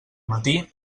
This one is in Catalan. matí